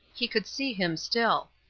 he could see him still.